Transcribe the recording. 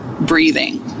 breathing